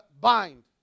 bind